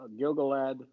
Gilgalad